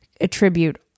attribute